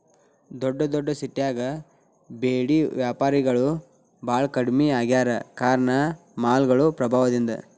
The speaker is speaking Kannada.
ದೊಡ್ಡದೊಡ್ಡ ಸಿಟ್ಯಾಗ ಬೇಡಿ ವ್ಯಾಪಾರಿಗಳು ಬಾಳ ಕಡ್ಮಿ ಆಗ್ಯಾರ ಕಾರಣ ಮಾಲ್ಗಳು ಪ್ರಭಾವದಿಂದ